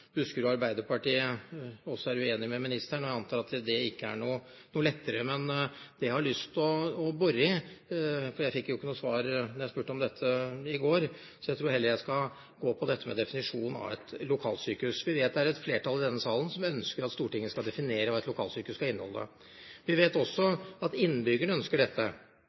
Buskerud Arbeiderparti også er uenig med ministeren. Jeg antar at det ikke er noe lettere. Det jeg har lyst til å bore i, for jeg fikk jo ikke noe svar da jeg spurte om dette i går, er definisjonen på et lokalsykehus. Vi vet det er et flertall i denne salen som ønsker at Stortinget skal definere hva et lokalsykehus skal inneholde. Vi vet også at innbyggerne ønsker dette.